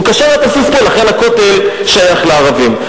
הוא קשר את הסוס פה, לכן הכותל שייך לערבים.